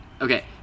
Okay